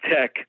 Tech